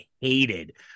hated